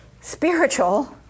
spiritual